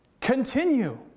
Continue